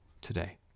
today